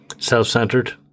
self-centered